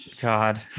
God